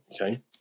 okay